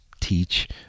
teach